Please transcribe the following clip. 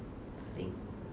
thing